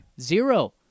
Zero